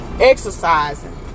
exercising